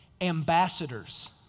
ambassadors